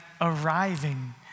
arriving